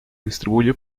distribuye